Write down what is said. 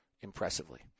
impressively